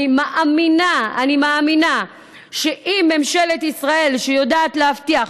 אני מאמינה שאם ממשלת ישראל שיודעת להבטיח,